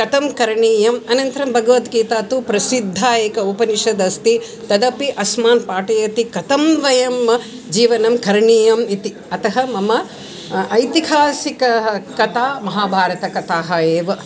कथं करणीयम् अनन्तरं भगवद्गीता तु प्रसिद्धः एकः उपनिषद् अस्ति तदपि अस्मान् पाठयति कथं वयम् जीवनं करणीयम् इति अतः मम ऐतिहासिकाः कथाः महाभारतकथाः एव